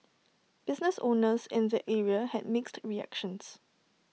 business owners in the area had mixed reactions